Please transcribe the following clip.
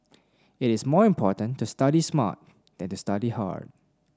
it is more important to study smart than to study hard